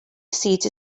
seat